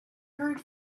heard